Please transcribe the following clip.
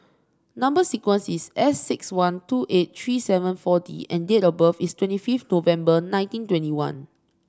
number sequence is S six one two eight three seven four D and date of birth is twenty five November nineteen twenty one